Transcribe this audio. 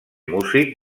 músic